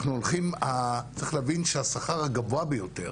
צריך להבין שהשכר הגבוה ביותר